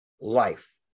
life